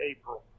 April